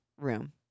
room